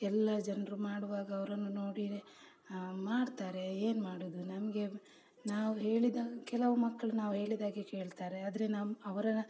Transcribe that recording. ಎಲ್ಲ ಜನರು ಮಾಡುವಾಗ ಅವರನ್ನ ನೋಡಿಯೇ ಮಾಡ್ತಾರೆ ಏನು ಮಾಡೋದು ನಮಗೆ ನಾವು ಹೇಳಿದ ಕೆಲವು ಮಕ್ಕಳು ನಾವು ಹೇಳಿದಾಗೆ ಕೇಳ್ತಾರೆ ಆದರೆ ನಮ್ಮ ಅವರ